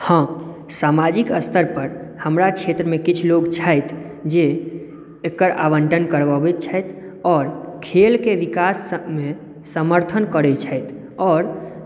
हँ सामाजिक स्तर पर हमरा क्षेत्रमे किछु लोक छथि जे एकर आवण्टन करबबैत छथि आओर खेलके विकासभमे समर्थन करैत छथि आओर